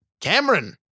Cameron